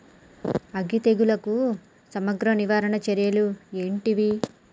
అగ్గి తెగులుకు సమగ్ర నివారణ చర్యలు ఏంటివి?